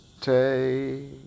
Take